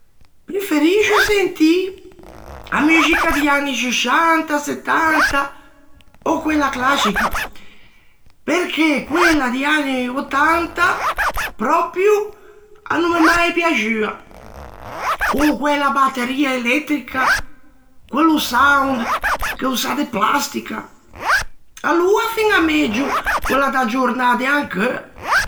Preferisci sentî a muxica di anni '60, '70 ò quella clascica, perché quella di anni '80 pròpio a no m'é mai piaxua, con quella batteria elettrica, quello sound che o sa de plastica. Aloa fiña megio quella da giornâ de ancheu.